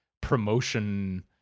promotion